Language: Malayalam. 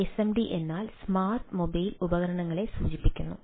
SMD എന്നാൽ സ്മാർട്ട് മൊബൈൽ ഉപകരണങ്ങളെ സൂചിപ്പിക്കുന്നു